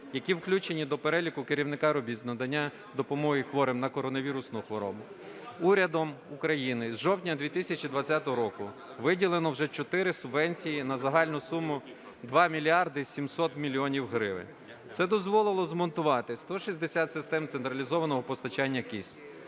які включені до переліку керівника робіт з надання допомоги хворим на коронавірусну хворобу, урядом України з жовтня 2020 року виділено вже 4 субвенції на загальну суму 2 мільярди 700 мільйонів гривень. Це дозволило змонтувати 160 систем централізованого постачання кисню,